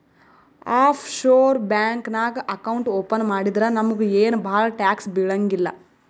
of sure bank ನಾಗ್ account open ಮಾಡಿದ್ರ ನಮುಗ ಏನ್ ಭಾಳ ಟ್ಯಾಕ್ಸ್ ಬೀಳಂಗಿಲ್ಲ